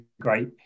great